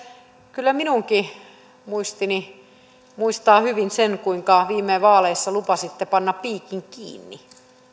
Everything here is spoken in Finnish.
kyllä minunkin muistini muistaa hyvin sen kuinka viime vaaleissa lupasitte panna piikin kiinni